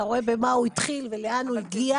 אתה רואה במה הוא התחיל ולאן הוא הגיע.